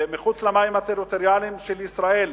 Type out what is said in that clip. מחוץ למים הטריטוריאליים של ישראל,